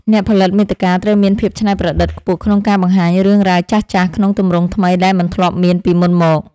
អ្នកផលិតមាតិកាត្រូវមានភាពច្នៃប្រឌិតខ្ពស់ក្នុងការបង្ហាញរឿងរ៉ាវចាស់ៗ ក្នុងទម្រង់ថ្មីដែលមិនធ្លាប់មានពីមុនមក។